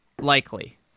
Likely